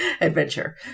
Adventure